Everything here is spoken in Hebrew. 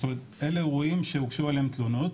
זאת אומרת אלה אירועים שהוגשו עליהם תלונות,